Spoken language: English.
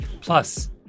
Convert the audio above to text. Plus